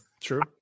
True